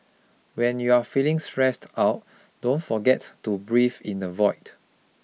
when you are feeling stressed out don't forget to breathe in the void